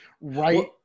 right